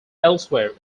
elsewhere